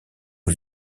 aux